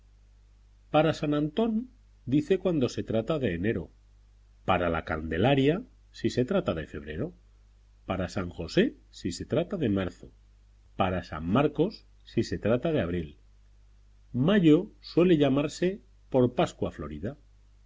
para san antón dice cuando se trata de enero para la candelaria si se trata de febrero para san josé si se trata de marzo para san marcos si se trata de abril mayo suele llamarse por pascua florida